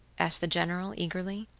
asked the general, eagerly.